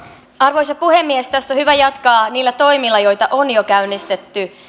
arvoisa puhemies tästä on hyvä jatkaa niillä toimilla joita on jo käynnistetty